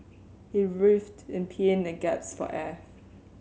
he writhed in pain and gasped for air